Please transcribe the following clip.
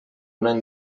una